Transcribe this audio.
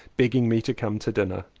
begging me to come to dinner.